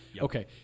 Okay